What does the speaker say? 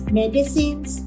medicines